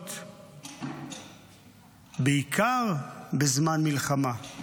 עדיפויות בעיקר בזמן מלחמה.